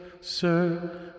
Sir